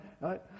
Right